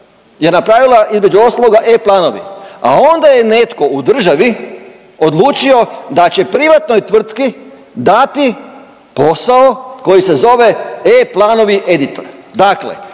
je napravila između ostaloga e-planovi, a onda je netko u državi odlučio da će privatnoj tvrtki dati posao koji se zove e-planovi editor. Dakle,